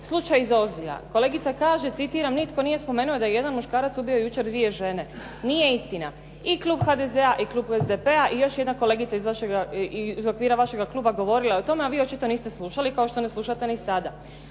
slučaj iz Ozlja. Kolegica kaže, citiram, "Nitko n nije spomenuo da je jedan muškaraca ubio jučer dvije žene." Nije istina. I klub HDZ-a i klub SDP-a i još jedna kolegica iz vašega kluba govorila je o tome a vi očito niste slušali kao što ne slušate ni sada.